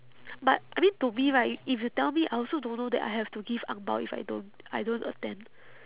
but I mean to me right if you tell me I also don't know that I have to give ang bao if I don't I don't attend